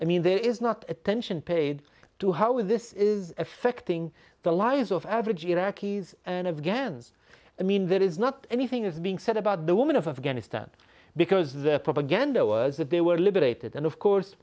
i mean there is not attention paid to how is this is affecting the lives of average iraqis and afghans i mean there is not anything is being said about the women of afghanistan because the propaganda was that they were liberated and of course